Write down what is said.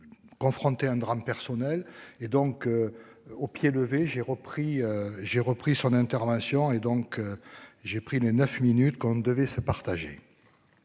Confronté à un drame personnel et donc. Au pied levé, j'ai repris, j'ai repris son intervention et donc. J'ai pris les 9 minutes qu'on ne devait se partager.